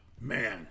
Man